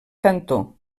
cantor